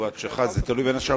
דוגמה שהתלוננתי